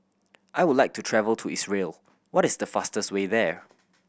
I would like to travel to Israel what is the fastest way there